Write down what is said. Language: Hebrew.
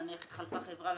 נניח התחלפה חברה,